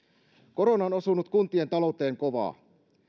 korona on osunut kuntien talouteen kovaa